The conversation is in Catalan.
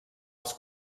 els